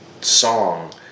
song